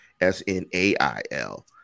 S-N-A-I-L